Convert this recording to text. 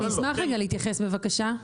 אני אשמח רגע להתייחס, בבקשה.